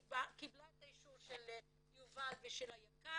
קיבלה את האישור של יובל ושל היק"ר,